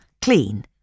clean